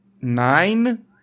nine